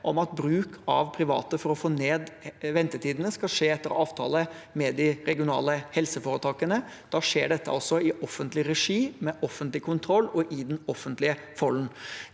om at bruk av private for å få ned ventetidene skal skje etter avtale med de regionale helseforetakene. Da skjer dette altså i offentlig regi, med offentlig kontroll og i den offentlige folden.